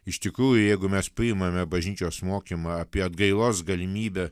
iš tikrųjų jeigu mes priimame bažnyčios mokymą apie atgailos galimybę